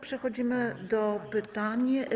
Przechodzimy do pytań.